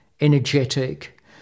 energetic